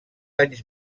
anys